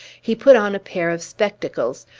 he put on a pair of spectacles,